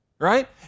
right